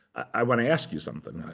i want to ask you something.